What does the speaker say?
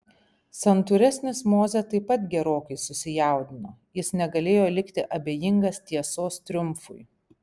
santūresnis mozė taip pat gerokai susijaudino jis negalėjo likti abejingas tiesos triumfui